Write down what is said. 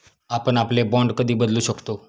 आपण आपले बाँड कधी बदलू शकतो?